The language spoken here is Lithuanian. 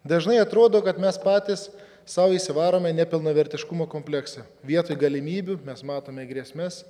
dažnai atrodo kad mes patys sau įsivarome nepilnavertiškumo kompleksą vietoj galimybių mes matome grėsmes